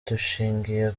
dushingiye